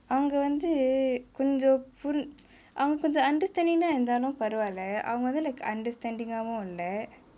அவங்கே வந்து கொஞ்சோ புரிஞ்~ அவங்கே கொஞ்சோ:avangae vanthu konjo purin~ avangae konjo understanding கா இருந்தாலும் பரவாலே அவங்கே வந்து:ga irunthaalum paravaalae avangae vanthu like understanding காவும் இல்லே:kaavum illae